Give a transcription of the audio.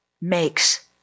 makes